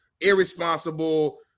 irresponsible